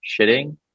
shitting